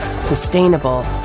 sustainable